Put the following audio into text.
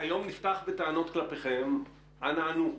היום נפתח בטענות כלפיכם, אנא ענו.